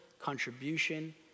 contribution